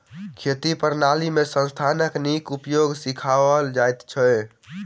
खेती प्रणाली में संसाधनक नीक उपयोग सिखाओल जाइत अछि